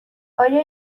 آیا